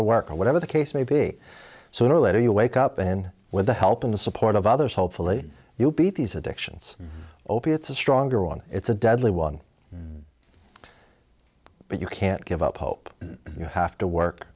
to work or whatever the case may be sooner or later you wake up in with the help and support of others hopefully you'll beat these addictions opiates a stronger one it's a deadly one but you can't give up hope and you have to work